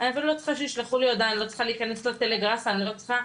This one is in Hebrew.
בנוסף לכל הסיבות שכבר נאמרו, אני לא אחזור על